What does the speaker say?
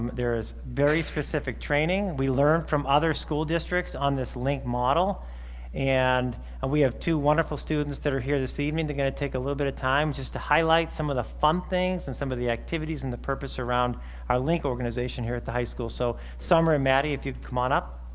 there is very specific training we learn from other school districts on this link model and and we have two wonderful students that are here this evening they're going to take a little bit of time just to highlight some of the fun things and some of the activities and the purpose around our link organization here at the high school so summer and maddie if you come on up